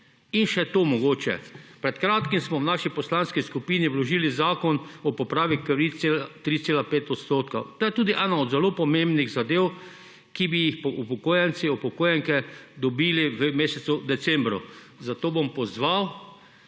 In še to mogoče, pred kratkim smo v naši poslanski skupini vložili zakon o popravi krivice 3,5 %. To je tudi ena od zelo pomembnih zadev, ki bi jih upokojenci, upokojenke dobili v mesecu decembru, zato bom pozval